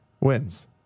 wins